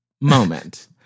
moment